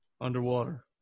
Underwater